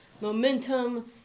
momentum